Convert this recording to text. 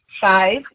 Five